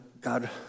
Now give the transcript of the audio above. God